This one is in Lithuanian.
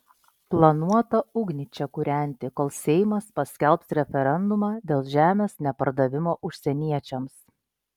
planuota ugnį čia kūrenti kol seimas paskelbs referendumą dėl žemės nepardavimo užsieniečiams